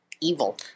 evil